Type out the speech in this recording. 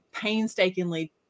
painstakingly